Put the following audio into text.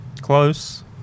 Close